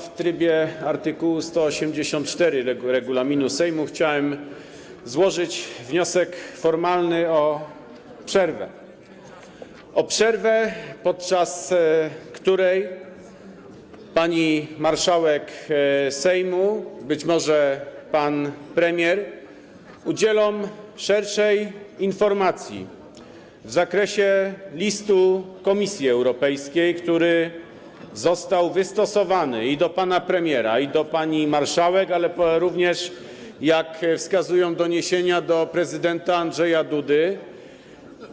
W trybie art. 184 regulaminu Sejmu chciałbym złożyć wniosek formalny o przerwę, podczas której pani marszałek Sejmu, być może pan premier, udzieli szerszej informacji w zakresie listu Komisji Europejskiej, który został wystosowany i do pana premiera, i do pani marszałek, ale również, jak wskazują doniesienia, do prezydenta Andrzeja Dudy,